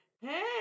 Hey